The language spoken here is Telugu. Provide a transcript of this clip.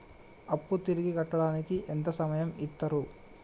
అప్పు తిరిగి కట్టడానికి ఎంత సమయం ఇత్తరు?